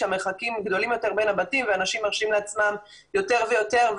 שהמרחקים גדולים יותר בין הבתים ואנשים מרשים לעצמם יותר ויותר.